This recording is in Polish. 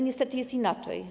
Niestety jest inaczej.